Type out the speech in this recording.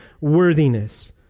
worthiness